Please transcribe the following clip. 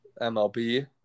MLB